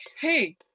hey